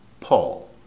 Paul